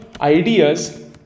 ideas